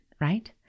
right